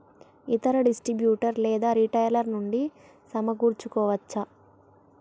ఇతర డిస్ట్రిబ్యూటర్ లేదా రిటైలర్ నుండి సమకూర్చుకోవచ్చా?